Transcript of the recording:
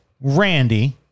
Randy